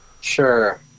Sure